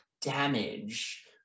damage